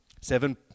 Seven